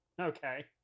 Okay